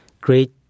great